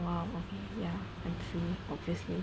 !wow! yeah and obviously